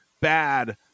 bad